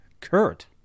Kurt